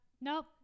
nope